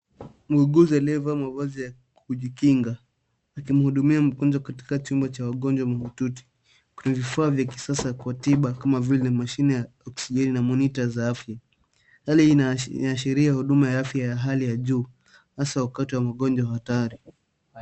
Mwuguzi alivaa mavazi ya kujikinga akimhudumia mgonjwa katika chumba cha wagonjwa mahututi. Kuna vifaa vya kisasa kwa tiba kama vile mashine ya oksijeni na monita za afya. Hali hii inaashiria huduma ya afya ya hali ya juu hasa wakati wa magonjwa ya hatari.